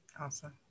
Awesome